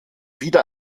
wieder